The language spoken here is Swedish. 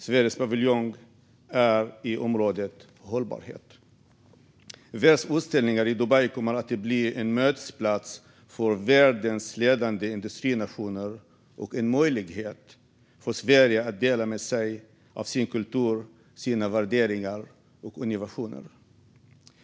Sveriges paviljong är i området hållbarhet. Världsutställningen i Dubai kommer att bli en mötesplats för världens ledande industrinationer och en möjlighet för Sverige att dela med sig av sin kultur, sina värderingar och sina innovationer.